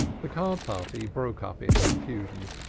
the card party broke up in confusion.